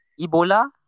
Ebola